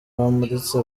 bamuritse